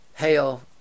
hail